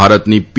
ભારતની પી